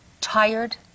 tired